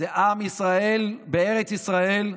זה עם ישראל בארץ ישראל,